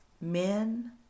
men